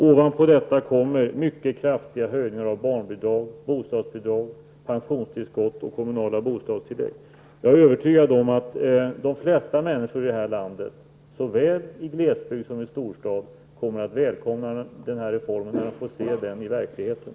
Ovanpå detta kommer mycket kraftiga höjningar av barnbidrag, bostadsbidrag, pensionstillskott och kommunala bostadstillägg. Jag är övertygad om att de flesta människor i detta land, såväl i glesbygd som i storstad, kommer att välkomna denna reform när de ser den i verkligheten.